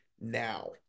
now